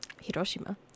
Hiroshima